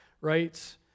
right